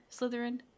Slytherin